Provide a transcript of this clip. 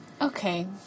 okay